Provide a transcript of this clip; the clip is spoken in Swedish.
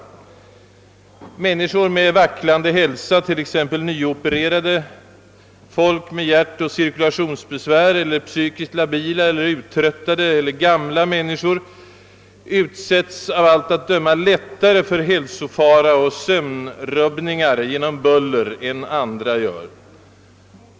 Människor med vacklande hälsa, t.ex. nyopererade, personer med hjärtoch cirkulationsbesvär, psykiskt labila, uttröttade eller gamla människor, utsätts av allt att döma lättare för hälsofara och sömnrubbningar genom buller än andra gör.